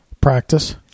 Practice